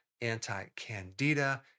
anti-candida